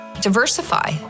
Diversify